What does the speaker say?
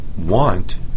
want